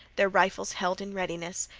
their rifles held in readiness,